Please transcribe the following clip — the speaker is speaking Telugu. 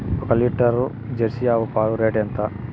ఒక లీటర్ జెర్సీ ఆవు పాలు రేటు ఎంత?